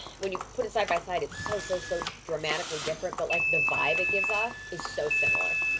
when you put it side by side it's so, so, so, dramatically different but like the vibe it gives off is so similar.